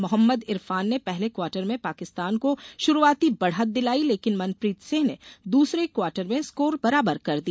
मोहम्मद इरफान ने पहले क्वार्टेर में पाकिस्तान को शुरूआती बढ़त दिलाई लेकिन मनप्रीत सिंह ने दूसरे क्वार्टर में स्कोर बराबर कर दिया